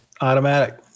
Automatic